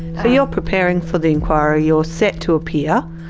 ah you preparing for the inquiry, you're set to appear,